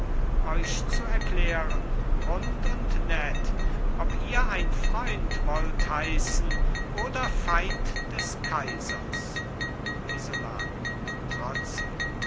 euch zu erklären rund und nett ob ihr ein freund wollt heißen oder feind des kaisers isolani trotzig